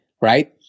right